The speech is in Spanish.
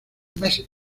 meses